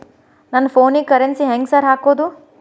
ನನ್ ಫೋನಿಗೆ ಕರೆನ್ಸಿ ಹೆಂಗ್ ಸಾರ್ ಹಾಕೋದ್?